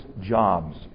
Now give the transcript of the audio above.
jobs